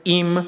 im